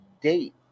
date